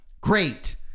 great